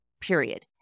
period